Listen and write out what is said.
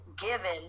given